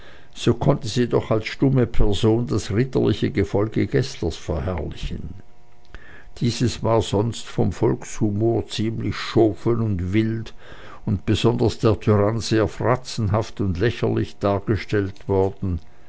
so konnte sie doch als stumme person das ritterliche gefolge geßlers verherrlichen dieses war sonst vom volkshumor ziemlich schofel und wild und besonders der tyrann sehr fratzenhaft und lächerlich dargestellt worden